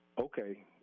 okay